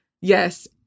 yes